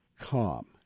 calm